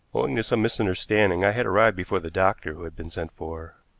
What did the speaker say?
owing to some misunderstanding i had arrived before the doctor who had been sent for,